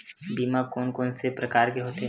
बीमा कोन कोन से प्रकार के होथे?